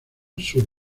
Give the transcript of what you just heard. sus